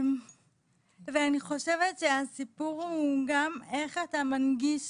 אני חושבת שהסיפור הוא גם איך אתה מנגיש